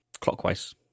clockwise